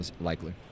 likely